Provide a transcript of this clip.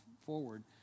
forward